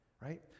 right